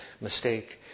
mistake